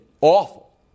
awful